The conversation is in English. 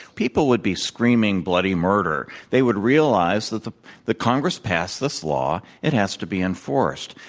people would be screaming bloody murder. they would realize that the the congress passed this law, it has to be enforced.